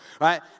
right